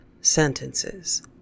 sentences